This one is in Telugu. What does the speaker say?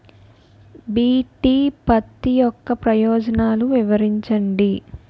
బి.టి పత్తి యొక్క ప్రయోజనాలను వివరించండి?